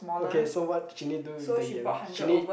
okay so what Shin-Yee do with the yam Shin-Yee